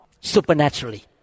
Supernaturally